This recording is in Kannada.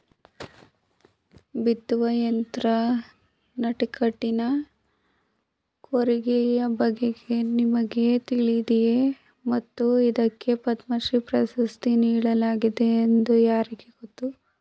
ಬಿತ್ತುವ ಯಂತ್ರ ನಡಕಟ್ಟಿನ ಕೂರಿಗೆಯ ಬಗೆಗೆ ನಿಮಗೆ ತಿಳಿದಿದೆಯೇ ಮತ್ತು ಇದಕ್ಕೆ ಪದ್ಮಶ್ರೀ ಪ್ರಶಸ್ತಿ ನೀಡಲಾಗಿದೆ ಅದು ಯಾರಿಗೆ ಗೊತ್ತ?